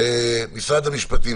עתה את הסעיף המוצע בהצעת החוק,